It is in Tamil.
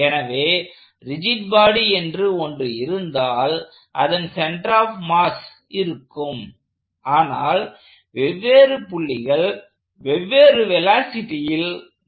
எனவே ரிஜிட் பாடி என்று ஒன்று இருந்தால் அதன் சென்டர் ஆப் மாஸ் இருக்கும் ஆனால் வெவ்வேறு புள்ளிகள் வெவ்வேறு வெலாசிட்டியில் நகர்கின்றன